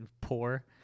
poor